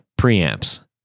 preamps